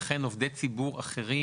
וכן עובדי ציבור אחרים,